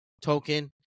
token